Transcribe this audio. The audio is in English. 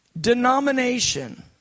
denomination